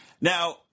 now